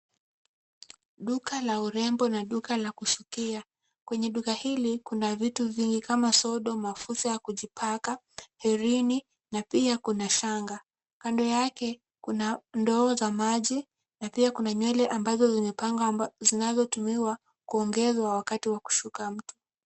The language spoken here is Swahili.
Duka la urembo na duka la kusukia. Kwenye duka hili kuna vitu vingi kama vile sodo, mafuta ya kujipaka, herini na pia kuna shanga. Kando yake kuna ndoo za maji na pia kuna nywele ambazo zimepangwa zinazotumiwa kuongezwa wakati wa kushuka mtu.